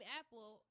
Apple